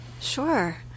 Sure